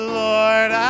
lord